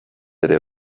ere